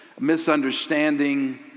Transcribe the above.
misunderstanding